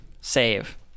Save